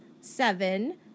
seven